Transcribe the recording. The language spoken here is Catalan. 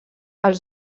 els